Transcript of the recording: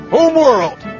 Homeworld